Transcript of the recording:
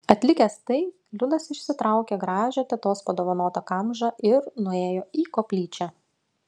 atlikęs tai liudas išsitraukė gražią tetos padovanotą kamžą ir nuėjo į koplyčią